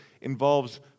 involves